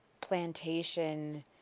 plantation